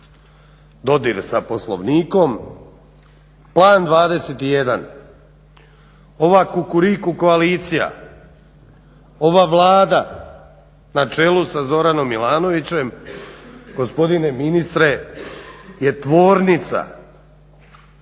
dodir sa Poslovnikom, Plan 21 ova Kukuriku koalicija, ova Vlada na čelu sa Zoranom Milanovićem gospodine ministre je tvornica